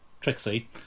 Trixie